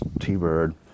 T-Bird